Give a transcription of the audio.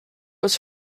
was